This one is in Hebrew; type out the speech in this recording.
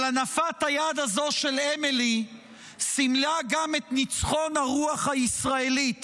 אבל הנפת היד הזו של אמילי סימלה גם את ניצחון הרוח הישראלית,